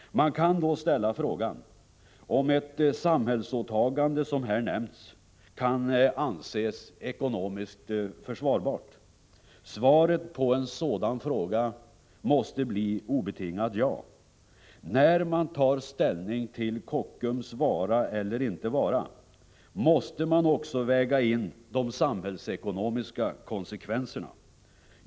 Man kan då ställa frågan om ett samhällsåtagande som här nämnts kan anses ekonomiskt försvarbart. Svaret på en sådan fråga måste bli ett obetingat ja. När man tar ställning till Kockums vara eller inte vara måste man också väga in de samhällsekonomiska konsekvenserna.